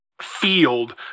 field